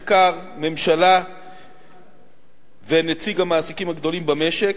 מחקר וממשלה ונציג של המעסיקים הגדולים במשק.